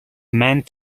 meant